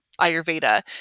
Ayurveda